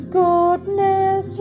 goodness